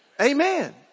Amen